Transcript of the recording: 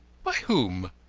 by whom?